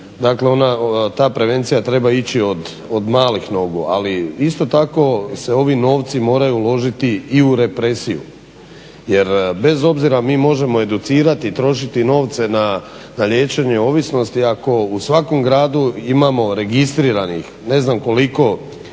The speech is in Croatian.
dakle ta prevencija treba ići od malih nogu, ali isto tako se ovi novci moraju uložiti i u represiju, jer bez obzira, mi možemo educirati, trošiti novce na liječenje ovisnosti ako u svakom gradu imamo registriranih ne znamo koliko